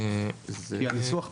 כי הניסוח פה,